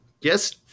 Yes